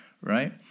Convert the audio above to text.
right